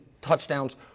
touchdowns